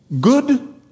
good